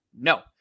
No